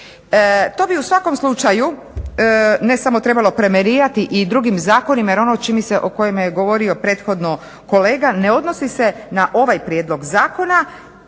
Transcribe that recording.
To bi u svakom slučaju ne samo trebalo …/Govornica se ne razumije./… i drugim zakonima jer ono čini mi se o kojem je govorio prethodno kolega ne odnosi se na ovaj prijedlog zakona,